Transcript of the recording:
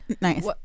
Nice